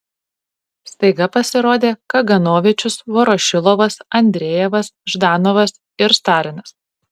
staiga pasirodė kaganovičius vorošilovas andrejevas ždanovas ir stalinas